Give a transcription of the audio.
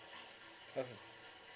uh